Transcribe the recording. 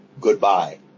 goodbye